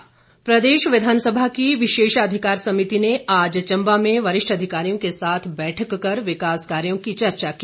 हंसराज प्रदेश विधानसभा की विशेषाधिकार समिति ने आज चंबा में वरिष्ठ अधिकारियों के साथ बैठक कर विकास कार्यों की चर्चा की